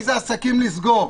איזה עסקים לסגור.